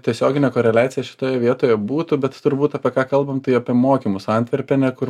tiesioginė koreliacija šitoje vietoje būtų bet turbūt apie ką kalbam tai apie mokymus antverpene kur